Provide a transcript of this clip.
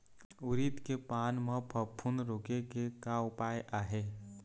उरीद के पान म फफूंद रोके के का उपाय आहे?